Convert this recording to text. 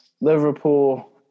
Liverpool